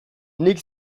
nik